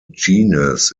genus